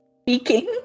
speaking